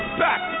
back